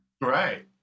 Right